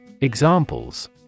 Examples